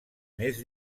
més